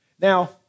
Now